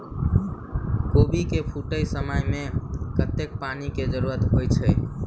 कोबी केँ फूटे समय मे कतेक पानि केँ जरूरत होइ छै?